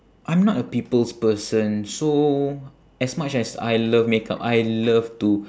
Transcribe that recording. I'm not a people's person so as much as I love makeup I love to